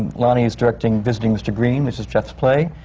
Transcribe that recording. lonny is directing visiting mr. green, which is jeff's play.